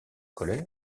colère